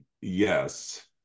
yes